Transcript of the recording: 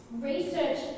Research